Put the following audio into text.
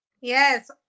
yes